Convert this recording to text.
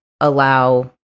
allow